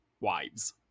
wives